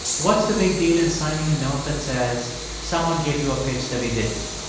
what's the big deal in signing a note that says someone gave you a pitch that they didn't?